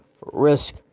risk